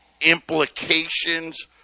implications